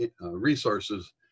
resources